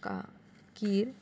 का खीर